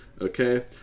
Okay